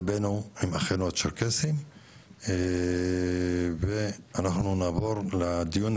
ליבנו עם החבר'ה הצ'רקסיים ואנחנו נעבור לדיון.